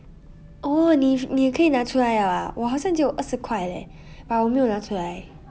oh 你你可以拿出来了 ah 我好像只有二十块 leh but 我没有拿出来